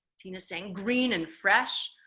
tina's saying, green and fresh.